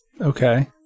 okay